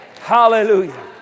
hallelujah